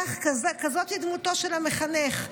כזאת היא דמותו של המחנך.